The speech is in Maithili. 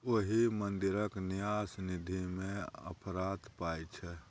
ओहि मंदिरक न्यास निधिमे अफरात पाय छै